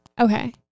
Okay